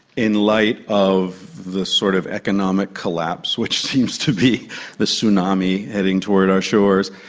in light of the sort of economic collapse which seems to be the tsunami heading towards our shores,